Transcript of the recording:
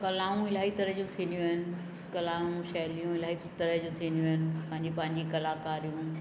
कलाऊं इलाही तरह जूं थींदियूं आहिनि कलाऊं शैलियूं इलाही तरह जूं थींदियूं आहिनि पंहिंजी पंहिंजी कलाकारियूं